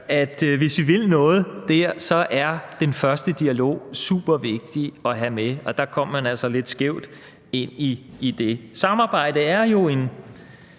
to tidligere borgmestre – så er den første dialog supervigtig at have med, og der kom man altså lidt skævt ind i det. Samarbejde er jo en